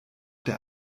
der